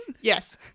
Yes